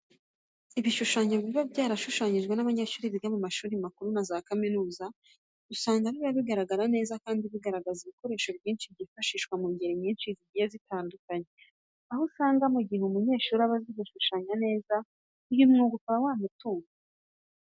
Ibishushanyo biba byarashushanyijwe n'abanyeshuri biga mu mashuri makuru na za kaminuza, usanga biba bigaragara neza kandi bigaragaza ibikoresho byinshi byifashishwa mu ngeri nyinshi zigiye zitandukanye. Aho usanga mu gihe umunyeshuri aba azi gushushanya neza, uyu mwuga uba wamutunga.